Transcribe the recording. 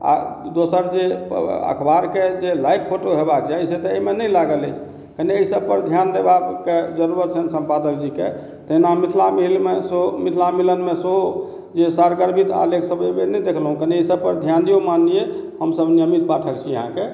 आ दोसर जे अखबार के जे लायक फोटो हेबाक चाही से तऽ एहिमे नहि लागल अछि कने एहि सब पर ध्यान देबाक जरुरत छै संपादक जी के तहिना मिथिला मिलन मे सेहो मिथिला मिलन मे सेहो जे सारगर्भित आलेख सब सेहो नहि देखलहुॅं कनी एहि सब पर ध्यान दियौ माननीय हमसब नियमित पाठक छी अहाँ के